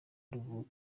ruvuga